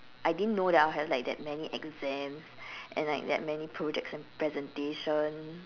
I didn't know that I would have like that many exams and like that many projects and presentation